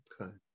Okay